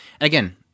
Again